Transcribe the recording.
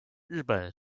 日本